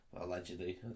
Allegedly